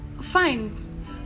Fine